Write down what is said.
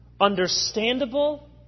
understandable